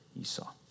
Esau